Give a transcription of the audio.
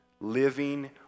living